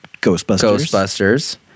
Ghostbusters